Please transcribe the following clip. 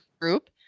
group